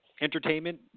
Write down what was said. Entertainment